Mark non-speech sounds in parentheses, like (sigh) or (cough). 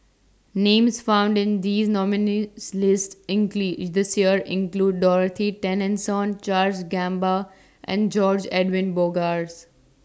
Names found in This nominees' list (unintelligible) IS This Year include Dorothy Tessensohn Charles Gamba and George Edwin Bogaars